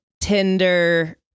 Tinder